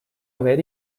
haver